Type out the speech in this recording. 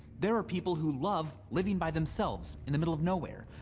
there are people who love living by themselves in the middle of nowhere.